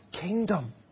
kingdom